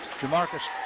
Jamarcus